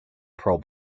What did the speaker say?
pro